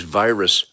virus